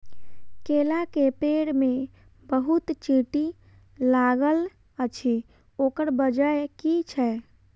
केला केँ पेड़ मे बहुत चींटी लागल अछि, ओकर बजय की छै?